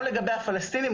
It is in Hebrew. גם לגבי הפלסטינים,